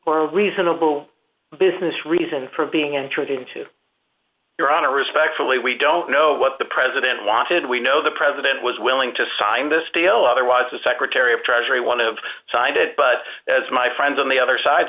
reasonable business reason for being intruded into your honor respectfully we don't know what the president wanted we know the president was willing to sign this deal otherwise the secretary of treasury one of signed it but as my friends on the other side